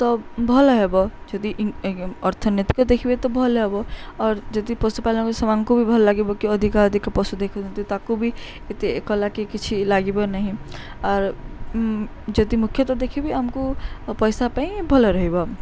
ତ ଭଲ ହେବ ଯଦି ଅର୍ଥନୈତିକ ଦେଖିବେ ତ ଭଲ ହେବ ଅର୍ ଯଦି ପଶୁପାଳନ ସେମାନଙ୍କୁ ବି ଭଲ ଲାଗିବ କି ଅଧିକା ଅଧିକ ପଶୁ ଦେଖୁଛନ୍ତି ତାକୁ ବି ଏତେ କଲା କି କିଛି ଲାଗିବ ନାହିଁ ଆର୍ ଯଦି ମୁଖ୍ୟତଃ ଦେଖିବେ ଆମକୁ ପଇସା ପାଇଁ ଭଲ ରହିବ